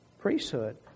priesthood